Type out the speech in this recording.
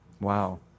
wow